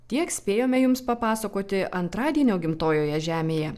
tiek spėjome jums papasakoti antradienio gimtojoje žemėje